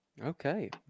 Okay